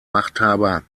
machthaber